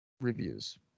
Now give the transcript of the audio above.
reviews